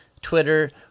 Twitter –